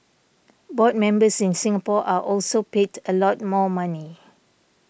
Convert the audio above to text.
board members in Singapore are also paid a lot more money